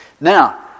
Now